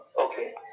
Okay